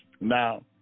Now